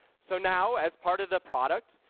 so now, as part of the product,